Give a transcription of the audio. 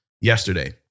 yesterday